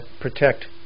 protect